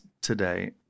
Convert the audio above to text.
today